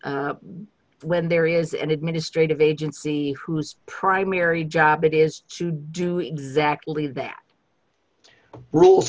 misconduct when there is an administrative agency whose primary job it is to do exactly that rule